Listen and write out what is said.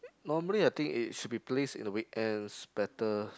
normally I think it should be placed in the weekends better